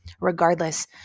Regardless